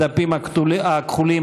הדפים הכחולים,